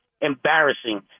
embarrassing